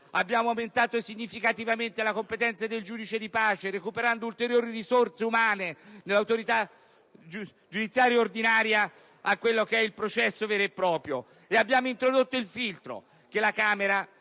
Abbiamo aumentato significativamente la competenza del giudice di pace, recuperando ulteriori risorse umane nell'autorità giudiziaria ordinaria al processo vero e proprio. E abbiamo introdotto il filtro che la Camera,